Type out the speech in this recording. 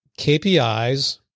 KPIs